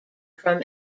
from